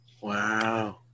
Wow